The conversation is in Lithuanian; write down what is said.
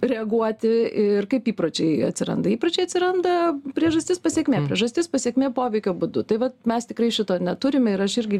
reaguoti ir kaip įpročiai atsiranda įpročiai atsiranda priežastis pasekmė priežastis pasekmė poveikio būdu tai vat mes tikrai šito neturime ir aš irgi